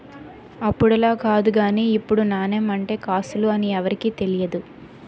అప్పుడులా కాదు గానీ ఇప్పుడు నాణెం అంటే కాసులు అని ఎవరికీ తెలియదు